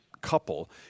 couple